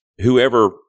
whoever